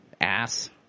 ass